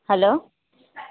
hello